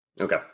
Okay